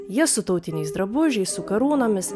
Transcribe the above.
jie su tautiniais drabužiais su karūnomis